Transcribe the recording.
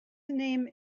name